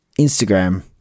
Instagram